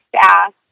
staff